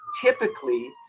typically